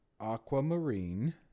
aquamarine